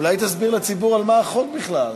אולי תסביר לציבור על מה החוק בכלל.